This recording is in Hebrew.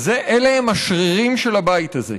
אלה השרירים של הבית הזה,